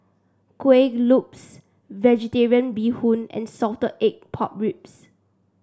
Kueh Lopes vegetarian Bee Hoon and Salted Egg Pork Ribs